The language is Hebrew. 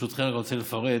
ברשותכם, אני רוצה לפרט